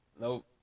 Nope